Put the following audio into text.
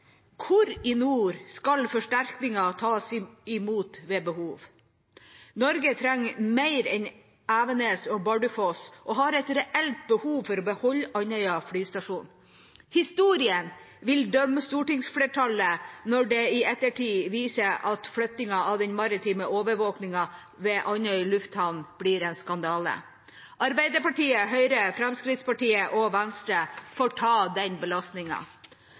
Hvor i nord skal forsterkninger tas imot ved behov? Norge trenger mer enn Evenes og Bardufoss og har et reelt behov for å beholde Andøya flystasjon. Historien vil dømme stortingsflertallet når det i ettertid viser seg at flyttingen av den maritime overvåkingen ved Andøya lufthavn er en skandale. Arbeiderpartiet, Høyre, Fremskrittspartiet og Venstre får ta den